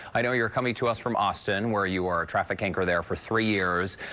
i know you are coming to us from austin where you are a traffic anchor there for three years.